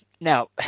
Now